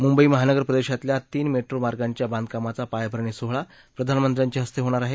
मुंबई महानगर प्रदेशातल्या तीन मेट्रो मार्गांच्या बांधकामाचा पायाभरणी सोहळा प्रधानमंत्र्यांच्या हस्ते होणार आहे